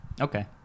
Okay